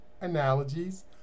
analogies